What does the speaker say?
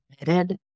admitted